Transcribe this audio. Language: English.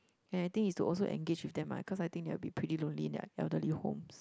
and I think is to also engage with them ah cause I think they will be pretty lonely in the elderly home